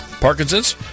Parkinson's